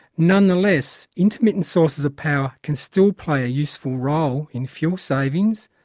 nonetheless, intermittent sources of power can still play a useful role in fuel savings,